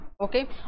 okay